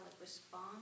respond